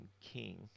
king